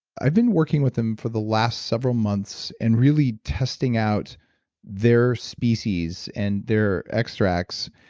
i've been working with them for the last several months and really testing out their species and their extracts.